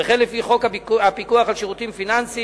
וכן לפי חוק הפיקוח על שירותים פיננסיים